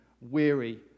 weary